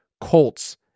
Colts